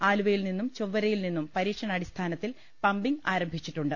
ആലു വയിൽ നിന്നും ചൊവ്വരയിൽ നിന്നും പരീക്ഷണാടിസ്ഥാനത്തിൽ പമ്പിംഗ് ആരംഭിച്ചിട്ടുണ്ട്